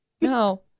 no